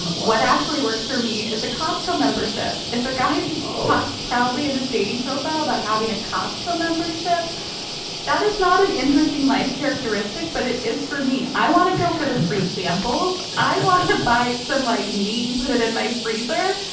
what actually works for me is a costco membership. if a guy walks proudly in this dating profile about having a costco membership that is not an interesting life characteristic but it is for me. i want to go for the free samples. i want to buy some like meat and put it in my freezer.